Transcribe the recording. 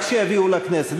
רק שיביאו לכנסת.